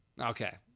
Okay